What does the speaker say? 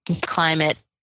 climate